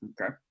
Okay